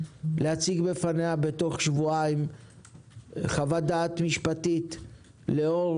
להציג בפניה בתוך שבועיים חוות דעת משפטית לאור